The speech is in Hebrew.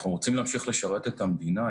אנחנו רוצים להמשיך לשרת את המדינה,